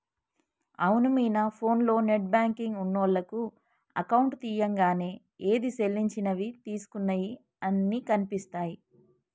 అవును మీనా ఫోన్లో net banking ఉన్నోళ్లకు అకౌంట్ తీయంగానే ఏది సెల్లించినవి తీసుకున్నయి అన్ని కనిపిస్తాయి